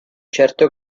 certo